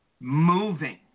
moving